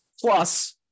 Plus-